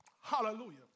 hallelujah